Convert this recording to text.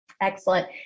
Excellent